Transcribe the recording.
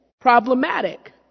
problematic